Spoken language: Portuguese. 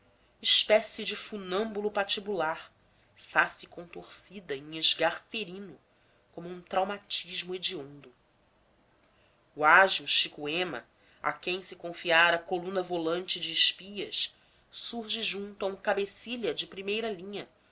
espécie de funâmbulo patibular face contorcida em esgar ferino como um traumatismo hediondo o ágil chico ema a quem se confiara coluna volante de espias surge junto a um cabecilha de primeira linha